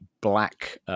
black